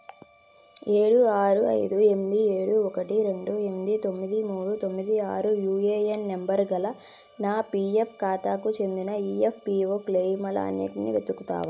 ఏడు ఆరు ఐదు ఎనిమిది ఏడు ఒకటి రెండు ఎనిమిది తొమ్మిది మూడు తొమ్మిది ఆరు యుఏఎన్ నెంబర్ గల నా పిఎఫ్ ఖాతాకి చెందిన ఈఎస్పిఓ క్లెయిములు అన్నిటినీ వెతుకుతావా